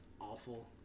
awful